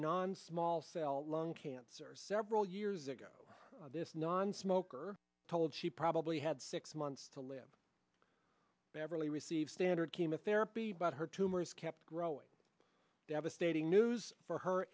non small cell lung cancer several years ago this nonsmoker told she probably had six months to live beverly received standard chemotherapy but her tumors kept growing devastating news for her